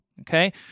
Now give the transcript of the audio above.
okay